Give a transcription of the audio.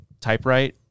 typewriter